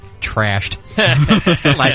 trashed